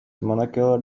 monocular